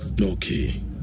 Okay